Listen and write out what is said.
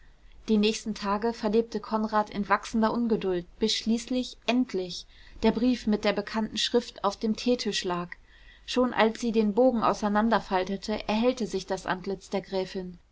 die nächsten tage verlebte konrad in wachsender ungeduld bis schließlich endlich der brief mit der bekannten schrift auf dem teetisch lag schon als sie den bogen auseinanderfaltete erhellte sich das antlitz der gräfin